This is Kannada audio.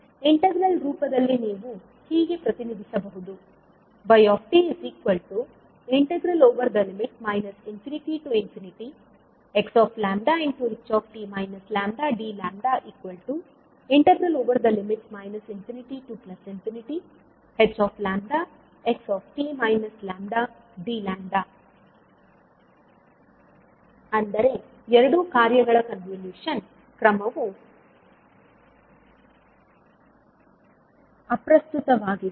ಇಂಟಿಗ್ರಲ್ ರೂಪದಲ್ಲಿ ನೀವು ಹೀಗೆ ಪ್ರತಿನಿಧಿಸಬಹುದು ಅಂದರೆ ಎರಡು ಕಾರ್ಯಗಳ ಕನ್ವಲೂಶನ್ ಕ್ರಮವು ಅಪ್ರಸ್ತುತವಾಗಿದೆ